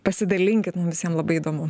pasidalinkit mum visiem labai įdomu